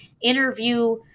interview